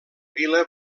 vila